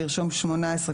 לרשום 18,